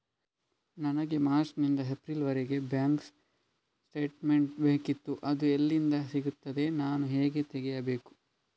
ನನಗೆ ಮಾರ್ಚ್ ನಿಂದ ಏಪ್ರಿಲ್ ವರೆಗೆ ಬ್ಯಾಂಕ್ ಸ್ಟೇಟ್ಮೆಂಟ್ ಬೇಕಿತ್ತು ಅದು ಎಲ್ಲಿಂದ ಸಿಗುತ್ತದೆ ನಾನು ಹೇಗೆ ತೆಗೆಯಬೇಕು?